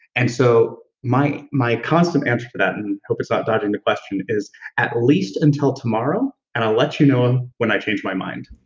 and so my my constant answer for that and i and hope it's not dodging the question is at least until tomorrow, and i'll let you know when i changed my mind